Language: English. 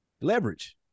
Leverage